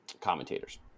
commentators